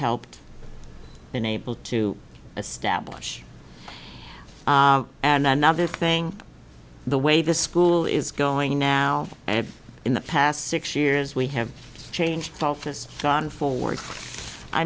helped been able to establish and another thing the way the school is going now and in the past six years we have changed so on forward i